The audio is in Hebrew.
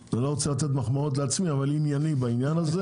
אני לא רוצה לתת מחמאות לעצמי ענייני בעניין הזה